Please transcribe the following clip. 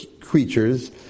creatures